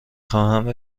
خواهم